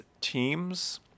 teams